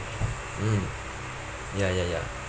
mm ya ya ya